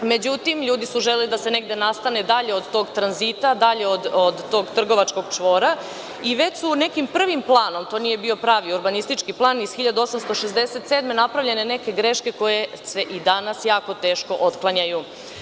Međutim, ljudi su želeli da se negde nastane dalje od tog tranzita, dalje od tog trgovačkog čvora, i već su u nekim prvim planom, to nije bio pravi urbanistički plan iz 1867. godine, napravljene neke greške koje se i danas jako teško otklanjaju.